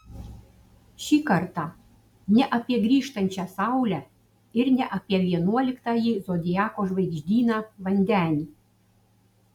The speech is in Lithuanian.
šį kartą ne apie grįžtančią saulę ir ne apie vienuoliktąjį zodiako žvaigždyną vandenį